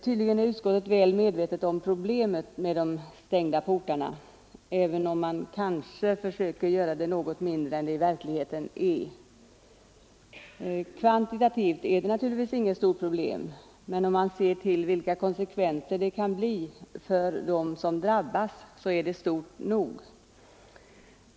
Tydligen är utskottet väl medvetet om problemet med de stängda portarna, även om man kanske försöker göra det något mindre än det i verkligheten är. Kvantitativt är det naturligtvis inget stort problem, men om man ser till vilka konsekvenserna kan bli för dem som drabbas, är det stort nog.